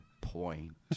point